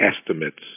estimates